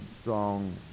strong